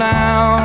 now